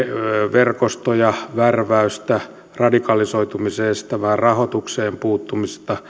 verkostoja värväystä radikalisoitumisen estävää rahoitukseen puuttumista